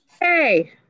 Hey